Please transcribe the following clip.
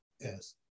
Yes